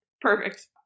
perfect